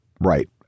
right